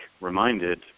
reminded